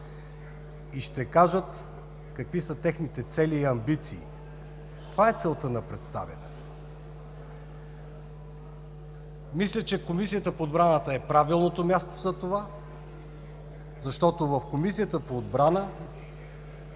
и ще кажат какви са техните цели и амбиции. Това е целта на представянето. Мисля, че Комисията по отбраната е правилното място за това, защото в Комисията по отбрана,